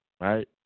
right